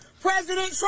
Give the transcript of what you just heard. president